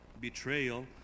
betrayal